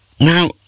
Now